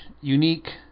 unique